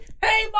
hey